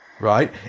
Right